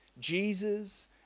Jesus